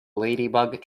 ladybug